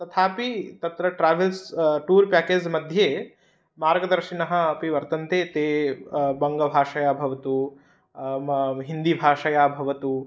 तथापि तत्र travels tour प्याकेज्मध्ये मार्गदर्शिनः अपि वर्तन्ते ते बङ्गभाषया भवतु हिन्दिभाषया भवतु